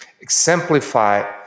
exemplify